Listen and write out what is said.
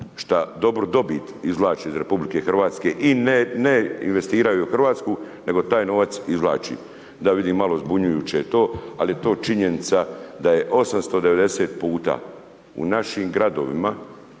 što dobru dobit izvlače iz RH i ne investiraju u Hrvatsku, nego taj novac izvlači. Da vidim malo zbunjujuće je to, ali je to činjenica da je 890 puta u našim gradovima